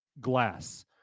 glass